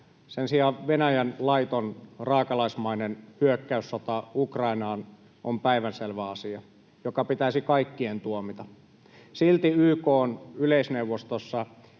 Sen sijaan Venäjän laiton raakalaismainen hyökkäyssota Ukrainaan on päivänselvä asia, joka pitäisi kaikkien tuomita. [Vasemmalta: Kyllä!] Silti YK:n yleisneuvostossa